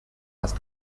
past